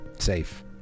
safe